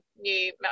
new